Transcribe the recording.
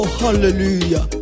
hallelujah